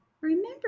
Remember